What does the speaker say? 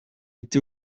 été